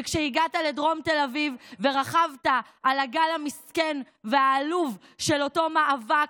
זה כשהגעת לדרום תל אביב ורכבת על הגל המסכן והעלוב של אותו מאבק,